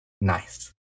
Nice